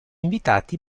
invitati